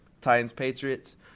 Titans-Patriots